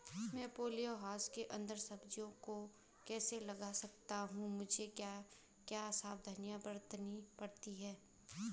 मैं poly house के अन्दर सब्जियों को कैसे उगा सकता हूँ इसमें क्या क्या सावधानियाँ बरतनी पड़ती है?